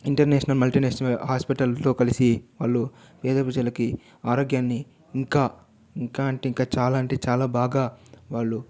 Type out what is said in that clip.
international multinational హాస్పిటల్తో కలిసి వాళ్ళు పేద ప్రజలకి ఆరోగ్యాన్ని ఇంకా ఇంకా అంటే ఇంకా చాలా అంటే చాలా బాగా వాళ్ళు